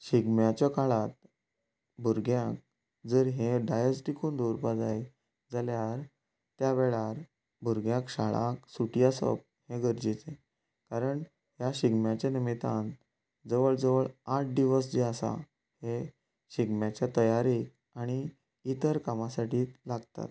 शिगम्याच्या काळार भुरग्यांक जर हे दायज टिकोवन दवरपा जाय जाल्यार त्या वेळार भुरग्याक शाळांक सुटी आसप हे गरजेचे कारण ह्या शिगम्याच्या निमित्यान जवळ जवळ आठ दिवस जे आसा हे शिगम्याच्या तयारेक आनी इतर कामा साठी लागतात